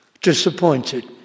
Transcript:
disappointed